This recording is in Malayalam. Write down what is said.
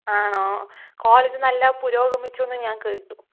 ആണോ കോളേജ് നല്ല പുരോഗമിച്ചുവെന്ന് ഞാൻ കേട്ടു